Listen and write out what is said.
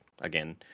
again